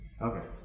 Okay